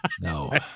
No